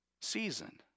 season